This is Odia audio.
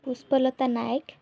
ପୁଷ୍ପଲତା ନାଏକ